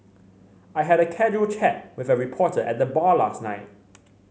I had a casual chat with a reporter at the bar last night